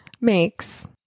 makes